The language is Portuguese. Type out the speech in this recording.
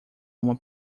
uma